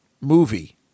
movie